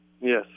Yes